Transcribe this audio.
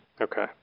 Okay